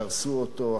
דרסו אותו,